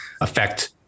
affect